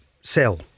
sell